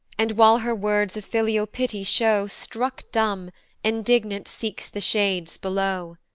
and, while her words a filial pity show, struck dumb indignant seeks the shades below.